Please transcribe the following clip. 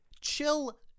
chill